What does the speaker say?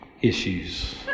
issues